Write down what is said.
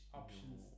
options